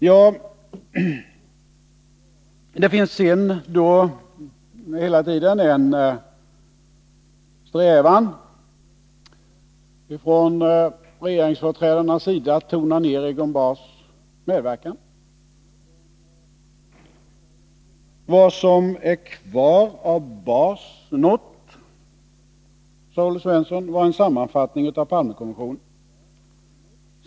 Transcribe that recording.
Från regeringsföreträdarnas sida finns också hela tiden en strävan att tona ner Egon Bahrs medverkan. Vad som är kvar av Bahrs not, sade Olle Svensson, var en sammanfattning av Palmekommissionens förslag.